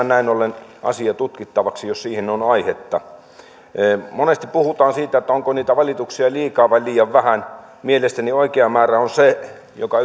näin ollen asia tutkittavaksi jos siihen on aihetta monesti puhutaan siitä onko niitä valituksia liikaa vai liian vähän mielestäni oikea määrä on se joka